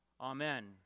Amen